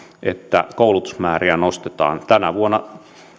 että koulutusmääriä nostetaan tänä vuonna